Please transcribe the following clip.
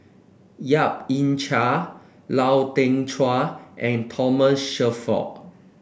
Yap Ee Chian Lau Teng Chuan and Thomas Shelford